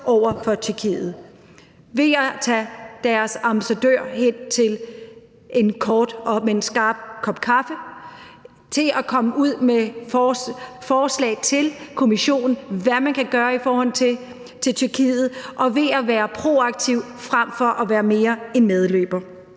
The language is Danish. over for Tyrkiet, ved at tage deres ambassadør hen til en kort, men skarp kop kaffe, ved at komme med forslag til Kommissionen om, hvad man kan gøre i forhold til Tyrkiet, og ved at være proaktiv frem for at være mere en medløber.